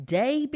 day